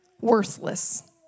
worthless